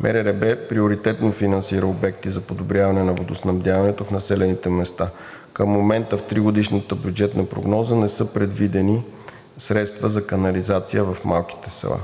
МРРБ приоритетно финансира обекти за подобряване на водоснабдяването в населените места. Към момента в тригодишната бюджетна прогноза не са предвидени средства за канализация в малките села.